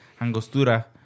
angostura